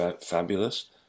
fabulous